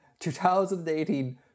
2018